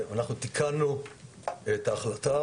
אנחנו תיקנו את ההחלטה,